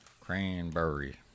Cranberry